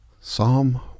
Psalm